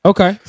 Okay